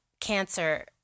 cancer